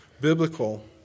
biblical